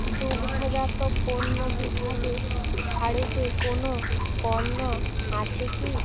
দুগ্ধজাত পণ্য বিভাগে ছাড়েতে কোনও পণ্য আছে কি